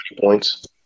points